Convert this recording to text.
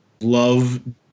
love